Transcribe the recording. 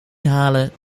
halen